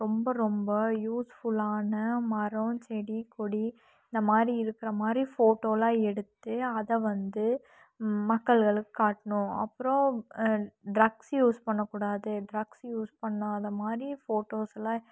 ரொம்ப ரொம்ப யூஸ்ஃபுல்லான மரம் செடி கொடி இதை மாதிரி இருக்கிற மாதிரி ஃபோட்டோலாம் எடுத்து அதை வந்து மக்கள்களுக்கு காட்டணும் அப்புறம் ட்ரக்ஸ் யூஸ் பண்ணக்கூடாது ட்ரக்ஸ் யூஸ் பண்ணாத மாதிரி ஃபோட்டோஸ்லாம்